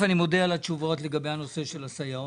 אני רוצה להתייחס לנושא של הסיוע